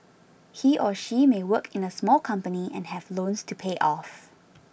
he or she may work in a small company and have loans to pay off